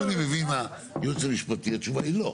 אם אני מבין מהייעוץ המשפטי, התשובה היא לא.